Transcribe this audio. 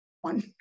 one